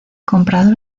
comprador